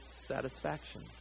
satisfaction